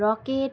rocket